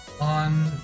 on